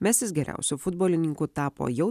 mesis geriausiu futbolininku tapo jau